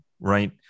right